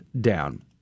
down